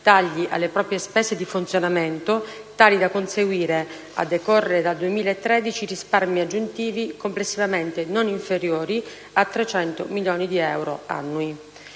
tagli alle proprie spese di funzionamento tali da conseguire, a decorrere dal 2013, risparmi aggiuntivi complessivamente non inferiori a 300 milioni di euro annui.